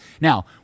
Now